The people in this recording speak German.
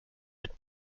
mit